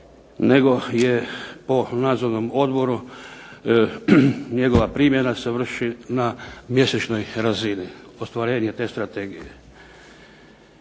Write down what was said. nego je po nadzornom odboru njegova primjena se vrši na mjesečnoj razini ostvarenje te strategije.